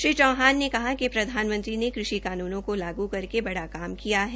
श्री चौहान ने कहा कि प्रधानमंत्री ने कृषि कानूनों को लागू करके बड़ा काम किया है